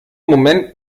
moment